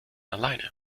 alleine